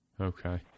Okay